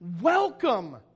welcome